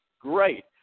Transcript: Great